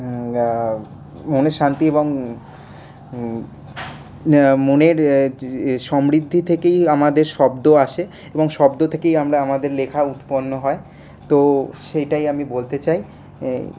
মনের শান্তি এবং মনের সমৃদ্ধি থেকেই আমাদের শব্দ আসে এবং শব্দ থেকেই আমরা আমাদের লেখা উৎপন্ন হয় তো সেটাই আমি বলতে চাই